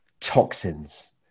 toxins